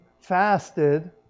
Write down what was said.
fasted